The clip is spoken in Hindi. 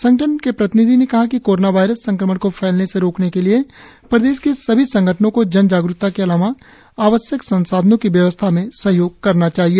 संगठन के प्रतिनिधि ने कहा कि कोरोना वायरस संक्रमण को फैलने से रोकने के लिए प्रदेश के सभी संगठनों को जन जागरुकता के अलावा आवश्यक संसाधनों की व्यवस्था में सहयोग करना चाहिए